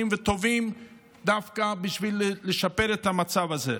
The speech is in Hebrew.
וטובים דווקא בשביל לשפר את המצב הזה.